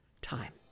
time